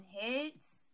hits